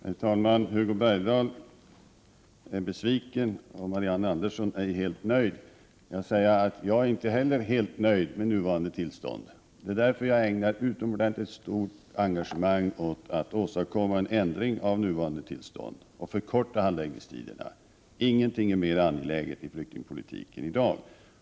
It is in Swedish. Herr talman! Hugo Bergdahl är besviken, och Marianne Andersson är inte helt nöjd. Jag vill säga att jag inte heller är helt nöjd med nuvarande tillstånd. Det är därför jag med utomordentligt stort engagemang försökt åstadkomma en ändring av nuvarande tillstånd och förkorta handläggningstiderna. Ingenting är mer angeläget i flyktingpolitiken i dag.